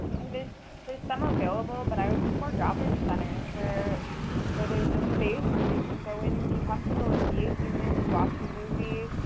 and there's there's some available, but i would see more drop-in centers where where there's a space where you can go in and be comfortable and be a human and watch a movie.